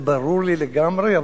זה ברור לי לגמרי,